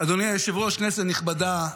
אדוני היושב-ראש, כנסת נכבדה,